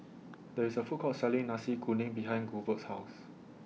There IS A Food Court Selling Nasi Kuning behind Hurbert's House